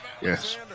Yes